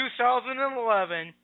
2011